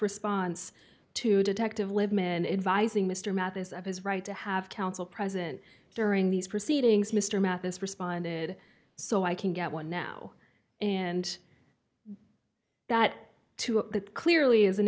response to detective lippman advising mr mathis of his right to have counsel present during these proceedings mr mathis responded so i can get one now and that to that clearly is